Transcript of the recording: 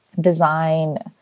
design